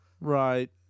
right